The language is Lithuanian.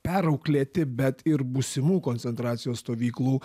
perauklėti bet ir būsimų koncentracijos stovyklų